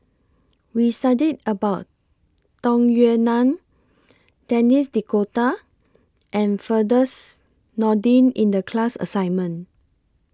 We studied about Tung Yue Nang Denis D'Cotta and Firdaus Nordin in The class assignment